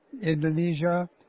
Indonesia